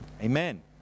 Amen